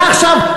אתה עכשיו,